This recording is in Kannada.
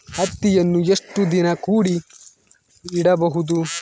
ಹತ್ತಿಯನ್ನು ಎಷ್ಟು ದಿನ ಕೂಡಿ ಇಡಬಹುದು?